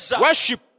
worship